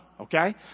Okay